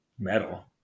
Metal